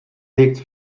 legt